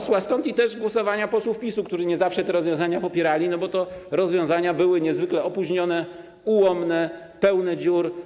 Stąd też głosowania posłów PiS-u, którzy nie zawsze te rozwiązania popierali, bo te rozwiązania były niezwykle opóźnione, ułomne, pełne dziur.